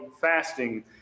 fasting